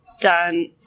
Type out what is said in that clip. done